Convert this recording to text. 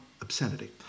obscenity